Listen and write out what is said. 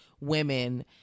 women